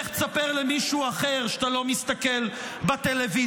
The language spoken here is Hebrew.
לך תספר למישהו אחר שאתה לא מסתכל בטלוויזיה.